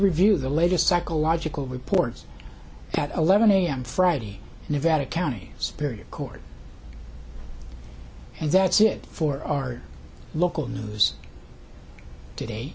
review the latest psychological reports that eleven a m friday nevada county superior court and that's it for our local news today